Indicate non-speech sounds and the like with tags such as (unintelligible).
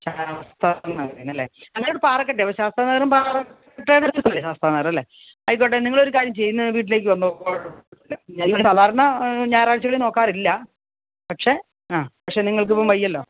ശാസ്താനഗറന്നല്ലേ ഞങ്ങളിവിടെ പാറക്കെട്ട് ശാസ്താനഗറും പാറക്കെട്ടുമായിട്ട് (unintelligible) ശാസ്താനഗറല്ലേ ആയിക്കോട്ടെ നിങ്ങളൊരു കാര്യം ചെയ്യ് ഇന്ന് വീട്ടിലേക്ക് വന്നോളൂ കുഴപ്പമില്ല ഞാൻ സാധാരണ ഞായറാഴ്ചകളിൽ നോക്കാറില്ല പക്ഷെ ആ പക്ഷെ നിങ്ങൾക്കിപ്പോൾ വയ്യല്ലോ